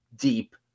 deep